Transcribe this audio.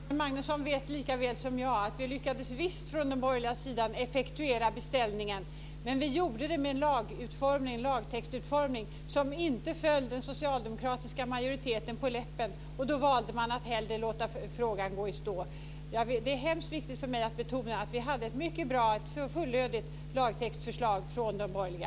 Herr talman! Göran Magnusson vet lika väl som jag att vi från den borgerliga sidan visst lyckades effektuera beställningen. Men vi gjorde det med en utformning av lagtexten som inte föll den socialdemokratiska majoriteten på läppen. Då valde man att hellre låta frågan gå i stå. Det är hemskt viktigt för mig att betona att vi hade ett mycket bra och fullödigt förslag till lagtext från de borgerliga.